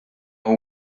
who